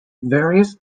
various